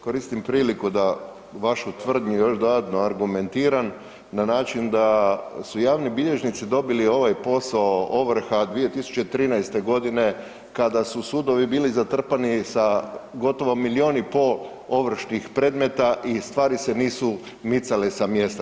Koristim priliku da vašu tvrdnju još dodatno argumentiram na način da su javni bilježnici dobili ovaj posao ovrha 2013. godine kada su sudovi bili zatrpani sa gotovo milijun i pol ovršnih predmeta i stvari se nisu micale sa mjesta.